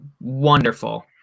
wonderful